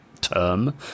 term